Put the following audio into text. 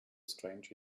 strange